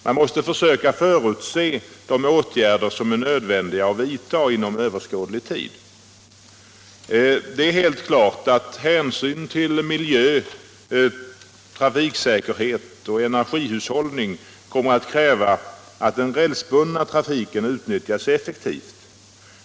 Man måste försöka förutse de åtgärder som är nödvändiga att vidta inom överskådlig tid. Det är helt klart att hänsyn till miljö, trafiksäkerhet och energihushållning kommer att kräva att den rälsbundna trafiken utnyttjas effektivt.